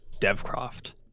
DevCraft